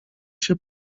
się